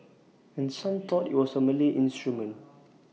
and some thought IT was A Malay instrument